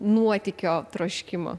nuotykio troškimo